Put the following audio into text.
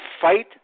fight